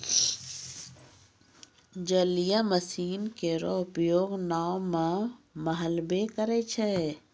जलीय मसीन केरो उपयोग नाव म मल्हबे करै छै?